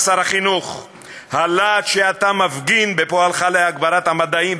שר החינוך: הלהט שאתה מפגין בפועלך להגברת המדעים,